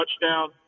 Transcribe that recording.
touchdown